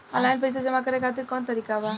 Online पइसा जमा करे खातिर कवन तरीका बा?